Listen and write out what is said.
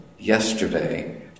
yesterday